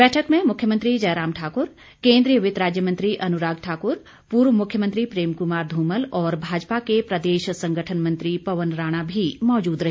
बैठक में मुख्यमंत्री जयराम ठाकुर केंद्रीय वित्त राज्यमंत्री अनुराग ठाकुर पूर्व मुख्यमंत्री प्रेम कुमार धूमल और भाजपा के प्रदेश संगठनमंत्री पवन राणा भी मौजूद रहे